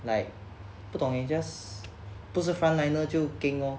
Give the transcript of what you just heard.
like 不懂 I just 不是 front liner 就 keng lor